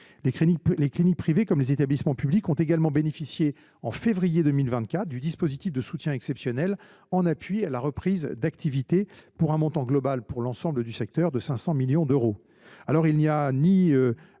les cliniques privées comme les établissements publics ont également bénéficié en février 2024 du dispositif de soutien exceptionnel en appui à la reprise d’activité, pour un montant global de 500 millions d’euros